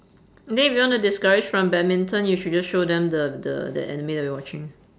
then if you want to discourage from badminton you should just show them the the anime that we're watching